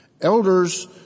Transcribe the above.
Elders